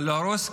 אבל להרוס,